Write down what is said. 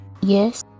Yes